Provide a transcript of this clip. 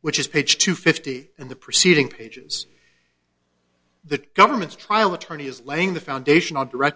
which is page two fifty in the preceding pages the government's trial attorney is laying the foundation on direct